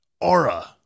aura